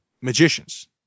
magicians